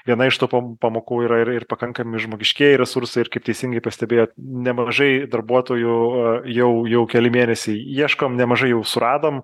viena iš tų pom pamokų yra ir pakankami žmogiškieji resursai ir kaip teisingai pastebėjot nemažai darbuotojų e jau jau keli mėnesiai ieškom nemažai jau suradom